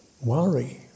worry